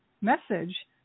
message